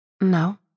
No